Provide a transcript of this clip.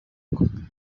kumwe